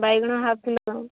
ବାଇଗଣ half kilo ଦିଅ